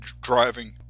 driving